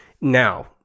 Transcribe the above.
Now